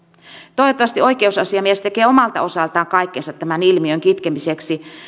toivottavasti oikeusasiamies tekee omalta osaltaan kaikkensa tämän ilmiön kitkemiseksi